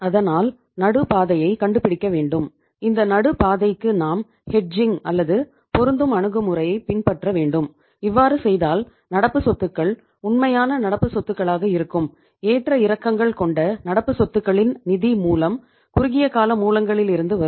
அதனால் நடு பாதையை கண்டுபிடிக்க வேண்டும் இந்த நடு பாதைக்கு நாம் ஹெட்ஜிங் அல்லது பொருந்தும் அணுகுமுறையை பின்பற்ற வேண்டும் இவ்வாறு செய்தால் நடப்புச்சொத்துக்கள் உண்மையான நடப்புச்சொத்துக்களாக இருக்கும் ஏற்ற இறக்கங்கள் கொண்ட நடப்புச்சொத்துக்களின் நிதி மூலம் குறுகியகால மூலங்களில்யிருந்து வரும்